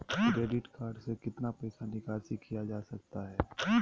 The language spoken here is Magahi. क्रेडिट कार्ड से कितना पैसा निकासी किया जा सकता है?